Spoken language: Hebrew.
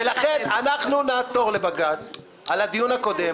ולכן אנחנו נעתור לבג"ץ על הדיון הקודם,